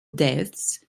depths